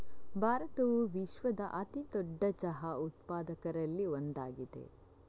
ಭಾರತವು ವಿಶ್ವದ ಅತಿ ದೊಡ್ಡ ಚಹಾ ಉತ್ಪಾದಕರಲ್ಲಿ ಒಂದಾಗಿದೆ